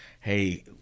hey